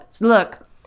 Look